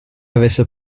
avesse